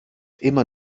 immer